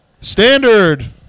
Standard